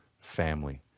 family